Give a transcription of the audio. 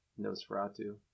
Nosferatu